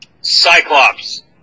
Cyclops